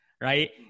Right